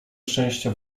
szczęścia